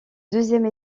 deuxième